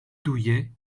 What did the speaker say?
douillet